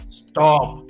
stop